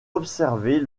observer